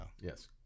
yes